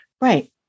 Right